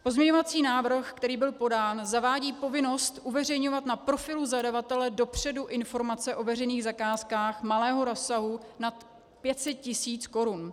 Pozměňovací návrh, který byl podán, zavádí povinnost uveřejňovat na profilu zadavatele dopředu informace o veřejných zakázkách malého rozsahu nad 500 tisíc korun.